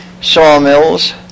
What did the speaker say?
sawmills